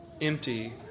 empty